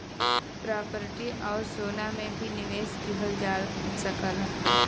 property आउर सोना में भी निवेश किहल जा सकला